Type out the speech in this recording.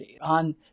on